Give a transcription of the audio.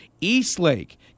Eastlake